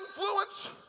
influence